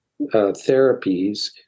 therapies